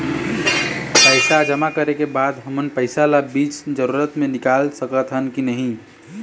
पैसा जमा करे के बाद हमन पैसा ला बीच जरूरत मे निकाल सकत हन की नहीं?